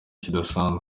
kidasanzwe